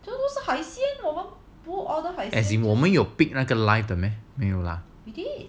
我们有 pick 那个 live 的吗